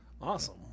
awesome